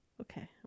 okay